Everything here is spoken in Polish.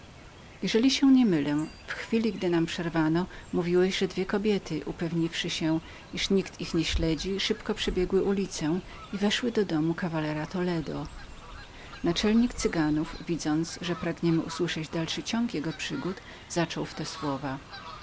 jeżeli się nie mylę w chwili gdy nam przerwano mówiłeś że dwie kobiety zapewniwszy się że nikt ich nie śledzi szybko przebiegły ulicę i weszły do domu kawalera toledo naczelnik cyganów widząc że życzyliśmy usłyszeć dalszy ciąg jego przygód zaczął w te słowa